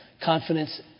confidence